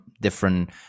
different